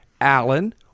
Alan